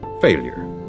failure